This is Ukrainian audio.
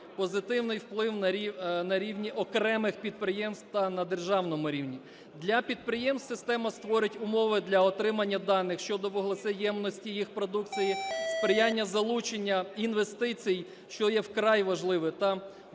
позитивний вплив на рівні окремих підприємств та на державному рівні. Для підприємств система створить умови для отримання даних щодо вуглецеємності їх продукції, сприяння залучення інвестицій, що є вкрай важливо, та